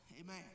amen